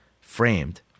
framed